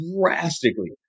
drastically